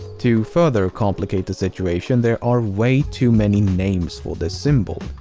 to further complicate the situation, there are way too many names for this symbol.